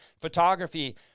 photography